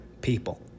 people